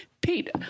Pete